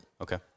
Okay